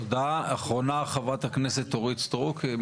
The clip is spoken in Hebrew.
תודה, אחרונה חה"כ אורית סטרוק.